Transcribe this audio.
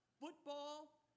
football